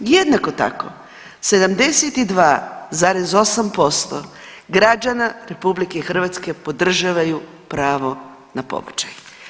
Jednako tako, 72,8% građana RH podržavaju pravo na pobačaj.